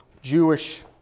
Jewish